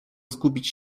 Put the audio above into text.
zgubić